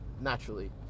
naturally